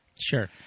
Sure